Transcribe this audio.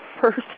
first